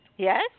Yes